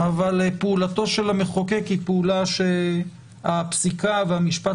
פעולתו של המחוקק היא פעולה שהפסיקה והמשפט